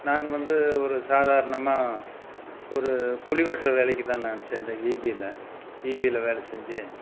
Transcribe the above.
நான் வந்து ஒரு சாதாரணமாக ஒரு குழி வெட்டுற வேலைக்கு தான் நான் சேர்ந்தேன் ஈபியில் ஈபியில் வேலை செஞ்சு